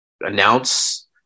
announce